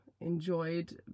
enjoyed